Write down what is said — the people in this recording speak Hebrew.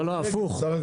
לא, הפוך,